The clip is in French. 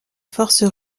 forces